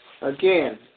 Again